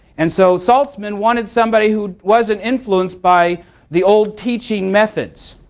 and so saltzman wanted somebody who wasn't influenced by the old teaching methods,